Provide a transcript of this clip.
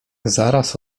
zaraz